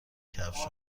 کفش